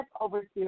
Overseer